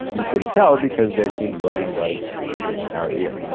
you could tell because their team slogan was it's our year,